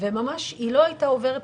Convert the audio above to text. היא לא הייתה עוברת,